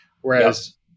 Whereas